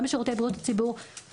גם בשירותי בריאות הציבור,